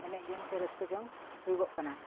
ᱮᱱᱮᱡ ᱡᱚᱝ ᱥᱮ ᱨᱟᱹᱥᱠᱟᱹ ᱡᱚᱝ ᱦᱩᱭᱩᱜ ᱠᱟᱱᱟ